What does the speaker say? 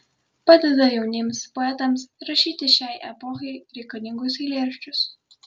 padeda jauniems poetams rašyti šiai epochai reikalingus eilėraščius